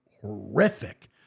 horrific